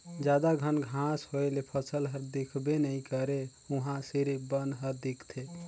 जादा घन घांस होए ले फसल हर दिखबे नइ करे उहां सिरिफ बन हर दिखथे